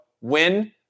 win